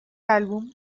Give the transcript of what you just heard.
álbum